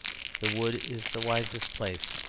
the wood is the wisest place,